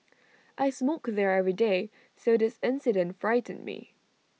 I smoke there every day so this incident frightened me